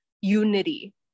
unity